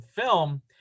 film